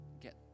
get